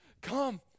come